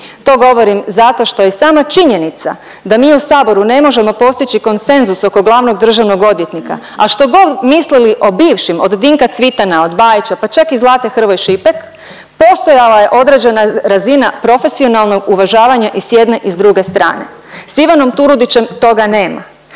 To govorim zato što i sama činjenica da mi u Saboru ne možemo postići konsenzus oko glavnog državnog odvjetnika, a što god mislili o bivšim od Dinka Cvitana, od Bajića, pa čak i Zlate Hrvoj Šipek postojala je određena razina profesionalno uvažavanje i s jedne i s druge strane. S Ivanom Turudićem toga nema.